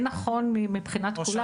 זה גם יהיה נכון מבחינת כולם.